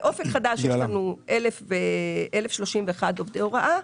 באופק חדש יש לנו 1,031 עובדי הוראה.